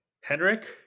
Henrik